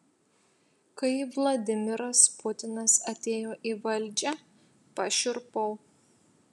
kai vladimiras putinas atėjo į valdžią pašiurpau